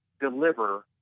deliver